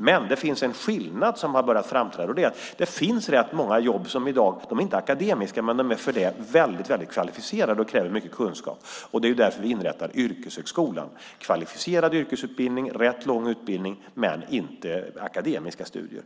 Men det finns en skillnad som har börjat framträda, och det är att det finns rätt många jobb i dag som inte är akademiska men som är väldigt kvalificerade och kräver mycket kunskap. Det är därför vi inrättar yrkeshögskolan - en kvalificerad yrkesutbildning, rätt lång utbildning men inte akademiska studier.